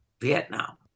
Vietnam